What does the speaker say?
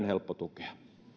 helppo tukea